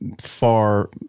far